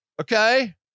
Okay